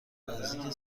نزدیک